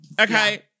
okay